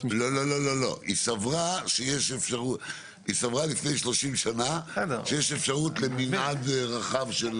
משטרה --- היא סברה לפני 30 שנה שיש אפשרות למנעד רחב.